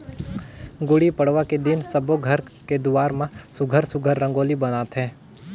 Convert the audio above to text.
गुड़ी पड़वा के दिन सब्बो घर के दुवार म सुग्घर सुघ्घर रंगोली बनाथे